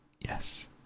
Yes